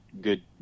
good